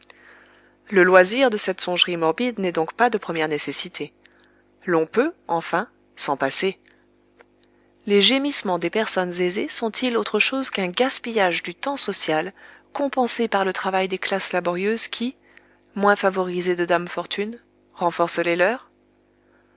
le loisir de cette songerie morbide n'est donc pas de première nécessité l'on peut enfin s'en passer les gémissements des personnes aisées sont-ils autre chose qu'un gaspillage du temps social compensé par le travail des classes laborieuses qui moins favorisées de dame fortune renfoncent les leurs